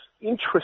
interest